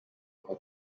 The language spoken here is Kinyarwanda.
aho